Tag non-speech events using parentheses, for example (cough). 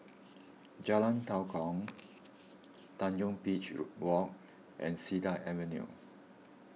Jalan Tua Kong Tanjong Beach (hesitation) Walk and Cedar Avenue